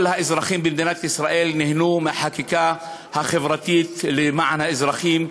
כל האזרחים במדינת ישראל נהנו מהחקיקה החברתית למען האזרחים.